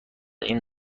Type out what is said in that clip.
این